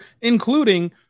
including